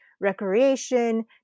recreation